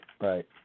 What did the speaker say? right